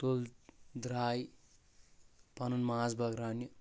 تُل دراے پنُن ماز بٲگراونہِ